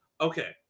Okay